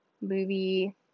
movie